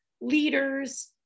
leaders